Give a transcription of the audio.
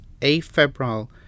afebrile